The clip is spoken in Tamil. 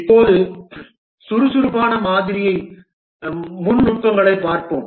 இப்போது சுறுசுறுப்பான மாதிரியின் முக்கிய நுட்பங்களைப் பார்ப்போம்